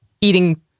eating